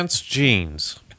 jeans